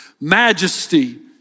majesty